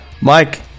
Mike